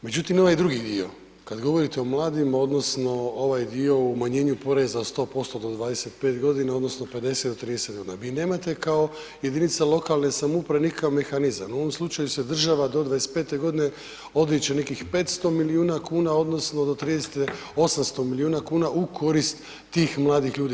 Međutim ovaj drugi dio kad govorite o mladima odnosno ovaj dio o umanjenja poreza od 100% do 25.g. odnosno 50 do 30.g., vi nemate kao jedinica lokalne samouprave nikakav mehanizam, u ovom slučaju se država do 25.g. odriče nekih 500 milijuna kuna odnosno do 30-te 800 milijuna kuna u korist tih mladih ljudi.